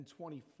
24